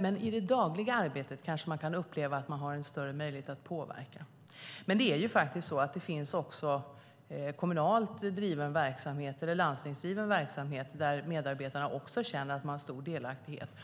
Men i det dagliga arbetet kanske man kan uppleva att man har en större möjlighet att påverka. Det finns dock även kommunalt driven och landstingsdriven verksamhet där medarbetarna känner stor delaktighet.